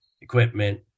equipment